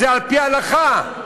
כשזה על-פי ההלכה.